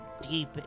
deep